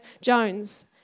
Jones